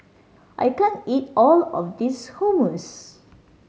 I can't eat all of this Hummus